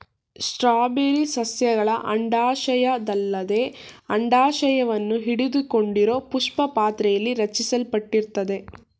strawberry ಸಸ್ಯಗಳ ಅಂಡಾಶಯದಲ್ಲದೆ ಅಂಡಾಶವನ್ನು ಹಿಡಿದುಕೊಂಡಿರೋಪುಷ್ಪಪಾತ್ರೆಲಿ ರಚಿಸಲ್ಪಟ್ಟಿರ್ತದೆ